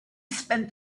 spent